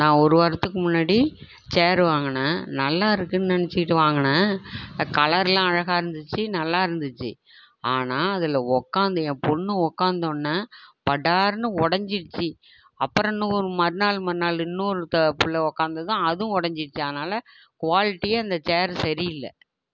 நான் ஒரு வாரத்துக்கு முன்னாடி சேர் வாங்கினேன் நல்லாயிருக்குன்னு நெனச்சிட்டு வாங்கினேன் கலரெலாம் அழகாக இருந்துச்சு நல்லாயிருந்துச்சு ஆனால் அதில் உக்காந்து என் பொண்ணு உக்காந்தோன்னே படார்னு உடஞ்சிருச்சி அப்புறம் இன்னொரு மறுநாள் மறுநாள் இன்னொருத்த பிள்ள உக்காந்ததும் அதுவும் உடஞ்சிருச்சு அதனால் குவாலிட்டியே அந்த சேர் சரியில்லை